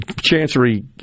Chancery